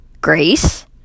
Grace